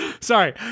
Sorry